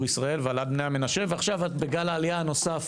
ישראל והעלאת בני המנשה ועכשיו את בגל העלייה הנוסף